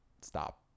stop